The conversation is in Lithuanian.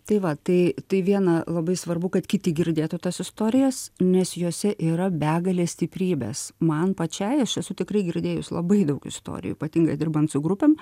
tai va tai tai viena labai svarbu kad kiti girdėtų tas istorijas nes jose yra begalė stiprybės man pačiai aš esu tikrai girdėjus labai daug istorijų ypatingai dirbant su grupėm